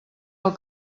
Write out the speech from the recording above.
del